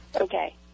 Okay